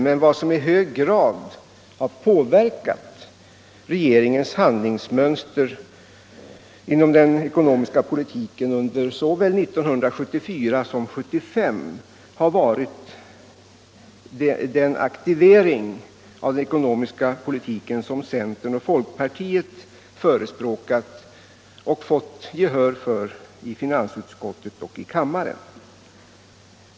Men vad som i hög grad påverkat regeringens handlingsmönster inom den ekonomiska politiken under såväl 1974 som 1975 har varit den aktivering av den ekonomiska politiken som centern och folkpartiet förespråkat och fått gehör för i finansutskottet och i kammaren.